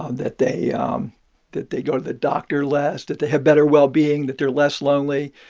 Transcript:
ah that they um that they go to the doctor less, that they have better well-being, that they're less lonely,